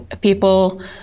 people